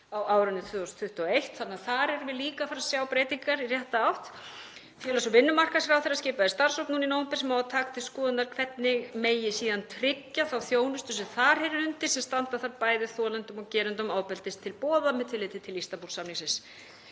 á árinu 2021 þannig að þar erum við líka að fara að sjá breytingar í rétta átt. Félags- og vinnumarkaðsráðherra skipaði starfshóp í nóvember sem á að taka til skoðunar hvernig megi tryggja þá þjónustu sem þar heyrir undir sem standa þarf bæði þolendum og gerendum ofbeldis til boða með tilliti til Istanbúl-samningsins.